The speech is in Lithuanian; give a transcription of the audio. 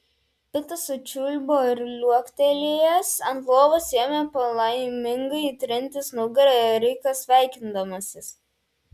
pitas sučiulbo ir liuoktelėjęs ant lovos ėmė palaimingai trintis nugara į riką sveikindamasis